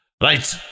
Right